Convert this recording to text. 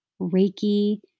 Reiki